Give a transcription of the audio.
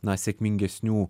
na sėkmingesnių